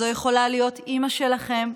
זו יכולה להיות אימא שלכן,